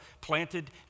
planted